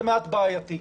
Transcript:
זה מעט בעייתי.